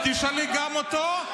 תשאלי גם אותו.